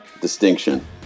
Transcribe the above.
distinction